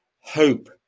Hope